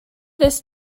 this